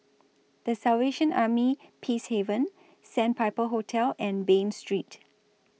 The Salvation Army Peacehaven Sandpiper Hotel and Bain Street